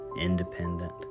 independent